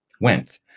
went